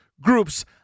groups